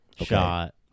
shot